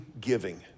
giving